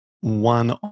one